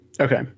okay